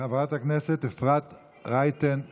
חברת הכנסת אפרת רייטן מרום.